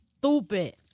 Stupid